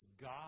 God